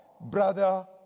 Brother